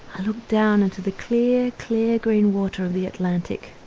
i look down into the clear, clear green water of the atlantic.